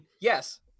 Yes